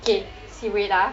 okay see wait ah